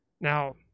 Now